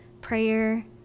Prayer